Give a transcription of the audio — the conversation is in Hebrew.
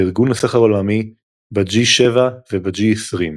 בארגון הסחר העולמי, ב-G7 וב-G20.